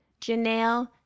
Janelle